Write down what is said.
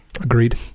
Agreed